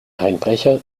einbrecher